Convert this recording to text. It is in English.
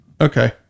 Okay